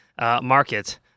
market